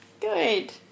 good